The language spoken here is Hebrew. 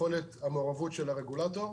יכולת המערבות של הרגולטור